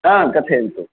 आ कथयन्तु